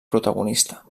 protagonista